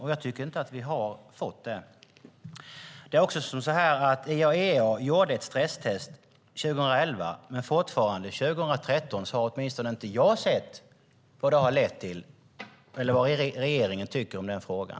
Det tycker jag inte att vi har fått. IAEA gjorde ett stresstest 2011. Fortfarande 2013 har åtminstone inte jag sett vad det har lett till eller vad regeringen tycker i frågan.